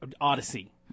Odyssey